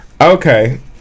okay